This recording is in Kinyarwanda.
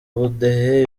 ubudehe